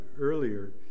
earlier